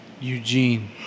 Eugene